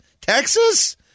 Texas